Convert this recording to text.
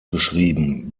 geschrieben